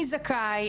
מי זכאי,